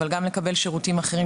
אבל גם לקבל שירותים אחרים,